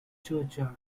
churchyard